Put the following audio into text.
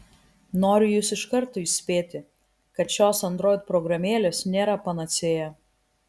noriu jus iš karto įspėti kad šios android programėlės nėra panacėja